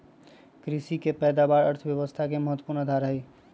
कृषि के पैदावार अर्थव्यवस्था के महत्वपूर्ण आधार हई